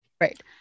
Right